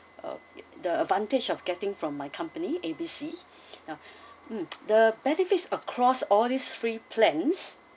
uh the advantage of getting from my company A B C now mm the benefits across all these free plans